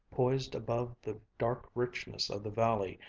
poised above the dark richness of the valley,